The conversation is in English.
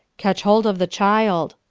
catch hold of the child,